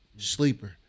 Sleeper